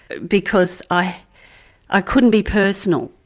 because i i couldn't be personal,